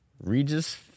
Regis